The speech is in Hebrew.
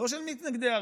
לא של מתנגדי הרפורמה.